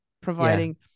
providing